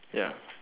ya